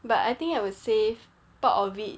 but I think I will save part of it